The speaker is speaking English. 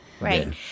Right